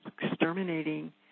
exterminating